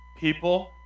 people